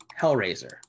Hellraiser